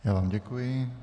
Já vám děkuji.